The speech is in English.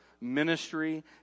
Ministry